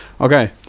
Okay